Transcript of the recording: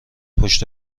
پشت